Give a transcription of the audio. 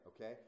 Okay